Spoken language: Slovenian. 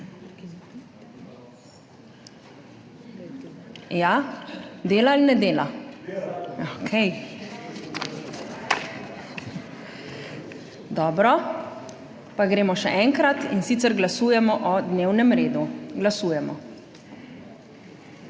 Dela ali ne dela? Okej, dobro. Pa gremo še enkrat, in sicer glasujemo o dnevnem redu. Glasujemo.